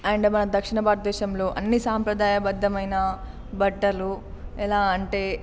and మన దక్షిణ భారతదేశంలో అన్ని సాంప్రదాయబద్ధమైన బట్టలు ఎలా అంటే